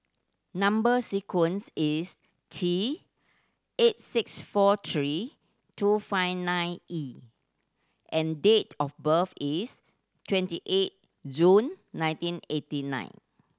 number sequence is T eight six four three two five nine E and date of birth is twenty eight June nineteen eighty nine